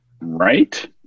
Right